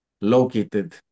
located